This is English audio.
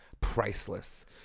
priceless